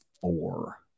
four